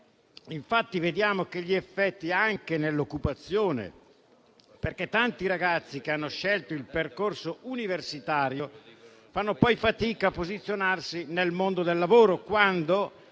piano. Vediamo che ha effetti anche sull'occupazione, perché tanti ragazzi che hanno scelto il percorso universitario fanno poi fatica a posizionarsi nel mondo del lavoro, quando